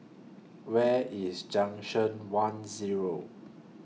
Where IS Junction one Zero